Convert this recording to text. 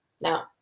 Now